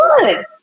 good